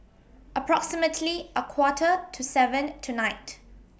approximately A Quarter to seven tonight